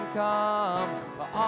come